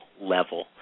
level